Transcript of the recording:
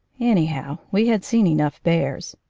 anyhow, we had seen enough bears.